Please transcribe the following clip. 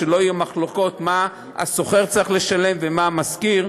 שלא יהיו מחלוקות מה השוכר צריך לשלם ומה המשכיר.